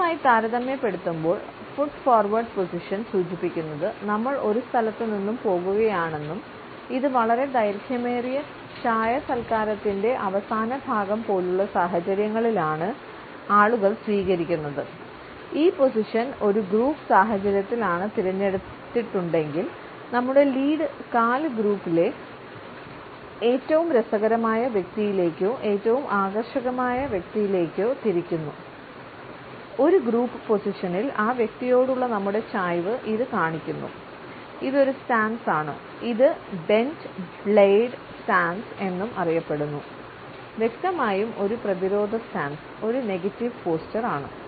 ഇതുമായി താരതമ്യപ്പെടുത്തുമ്പോൾ foot forward position എന്നും അറിയപ്പെടുന്നു വ്യക്തമായും ഒരു പ്രതിരോധ സ്റ്റാൻസ് ഒരു നെഗറ്റീവ് പോസ്റ്റർ ആണ്